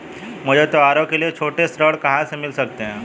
मुझे त्योहारों के लिए छोटे ऋण कहां से मिल सकते हैं?